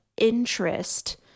interest